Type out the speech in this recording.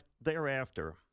thereafter